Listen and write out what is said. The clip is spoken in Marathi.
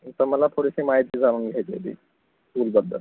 तर मला थोडीशी माहिती जाणून घ्यायची होती स्कूलबद्दल